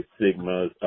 Sigma